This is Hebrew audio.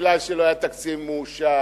בגלל שלא היה תקציב מאושר,